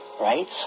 right